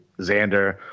Xander